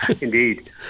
Indeed